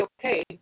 okay